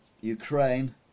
Ukraine